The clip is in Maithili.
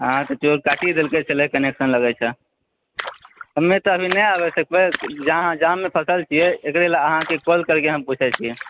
हँ तऽ चोर काटिये देलकै कनेक्शन से लागै छै हमे तऽ अभी नहि आबि सकबै हँ जाममे फसल छियै ओहि लेल अहाँकेँ कॉल करिकऽ पुछै छी